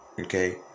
Okay